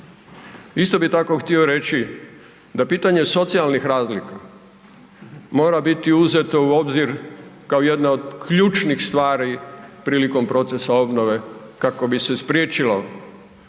Isto bi tako htio reći da pitanje socijalnih razlika mora biti uzeto u obzir kao jedna od ključnih stvari prilikom procesa obnove kako bi se spriječila nejednakost